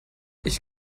ich